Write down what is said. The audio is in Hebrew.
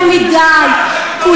עושים כנס בחדר של הוועדה למעמד האישה.